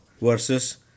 versus